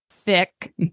thick